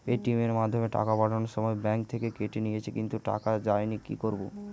Paytm এর মাধ্যমে টাকা পাঠানোর সময় ব্যাংক থেকে কেটে নিয়েছে কিন্তু টাকা যায়নি কি করব?